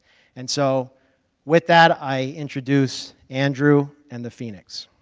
and so with that, i introduce andrew and the phoenix.